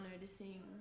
noticing